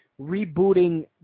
rebooting